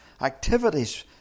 activities